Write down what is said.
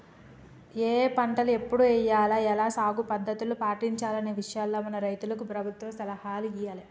ఏఏ పంటలు ఎప్పుడు ఎయ్యాల, ఎలా సాగు పద్ధతుల్ని పాటించాలనే విషయాల్లో మన రైతులకు ప్రభుత్వం సలహాలు ఇయ్యాలే